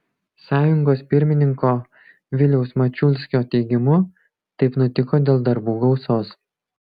sąjungos pirmininko viliaus mačiulskio teigimu taip nutiko dėl darbų gausos